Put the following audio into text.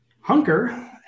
Hunker